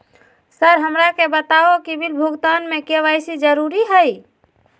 Sir हमरा के बताओ कि बिल भुगतान में के.वाई.सी जरूरी हाई?